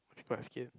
basket